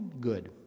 good